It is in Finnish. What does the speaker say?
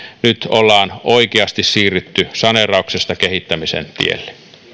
nyt ollaan oikeasti siirrytty saneerauksesta kehittämisen tielle